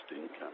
income